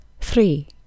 three